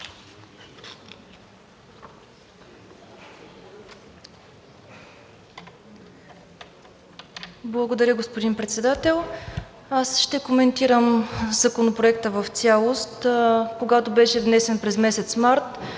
Благодаря, господин Председател. Аз ще коментирам Законопроекта в цялост. Когато беше внесен през месец март,